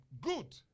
Good